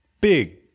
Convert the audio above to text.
big